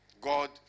God